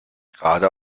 gerade